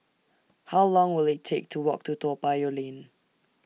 How Long Will IT Take to Walk to Toa Payoh Lane